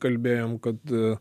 kalbėjom kad